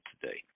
today